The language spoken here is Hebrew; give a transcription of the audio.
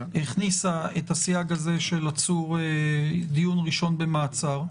את הסייג הזה של דיון ראשון במעצר,